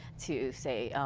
to say,